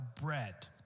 bread